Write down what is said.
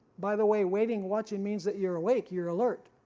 by the way waiting, watching means that you're awake, you're alert,